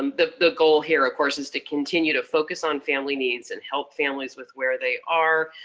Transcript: um the the goal here, of course, is to continue to focus on family needs, and help families with where they are.